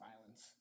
violence